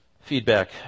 feedback